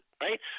right